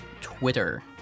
Twitter